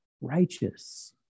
righteous